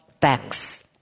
thanks